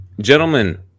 Gentlemen